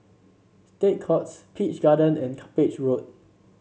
State Courts Peach Garden and Cuppage Road